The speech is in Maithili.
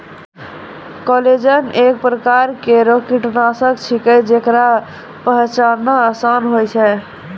कोलेजन एक परकार केरो विटामिन छिकै, जेकरा पचाना आसान होय छै